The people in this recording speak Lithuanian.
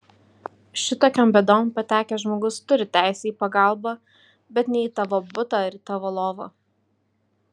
šitokion bėdon patekęs žmogus turi teisę į pagalbą bet ne į tavo butą ar į tavo lovą